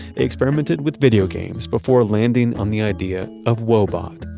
they experimented with video games before landing on the idea of woebot,